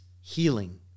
healing